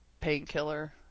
Painkiller